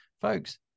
folks